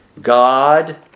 God